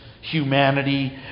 humanity